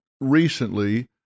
recently